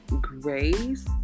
grace